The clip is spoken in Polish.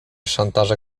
szantaże